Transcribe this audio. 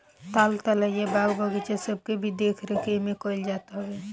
ताल तलैया, बाग बगीचा सबके भी देख रेख एमे कईल जात हवे